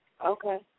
Okay